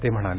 ते म्हणाले